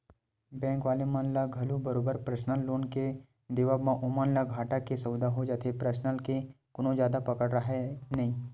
bank वाले मन ल घलो बरोबर परसनल लोन के देवब म ओमन ल घाटा के सौदा हो जाथे परसनल के कोनो जादा पकड़ राहय नइ